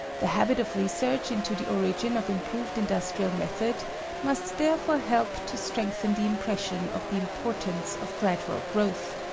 the habit of research into the origin of improved industrial method must therefore help to strengthen the impression of the importance of gradual growth,